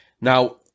Now